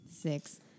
Six